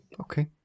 Okay